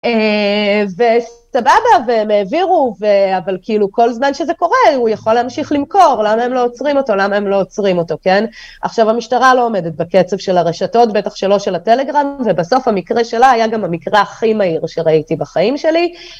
וסבבה, והם העבירו, אבל כאילו כל זמן שזה קורה, הוא יכול להמשיך למכור, למה הם לא עוצרים אותו, למה הם לא עוצרים אותו, כן? עכשיו המשטרה לא עומדת בקצב של הרשתות, בטח שלא של הטלגראם, ובסוף המקרה שלה היה גם המקרה הכי מהיר שראיתי בחיים שלי.